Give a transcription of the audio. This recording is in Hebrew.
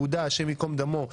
יהודה השם ייקום דמו,